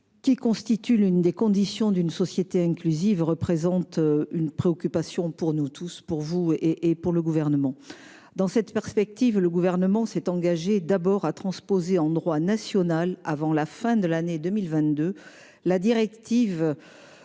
qui constitue l'une des conditions d'une société inclusive, représente une préoccupation majeure du Gouvernement. Dans cette perspective, le Gouvernement s'est engagé à transposer en droit national, avant la fin de l'année 2022, la directive